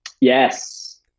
Yes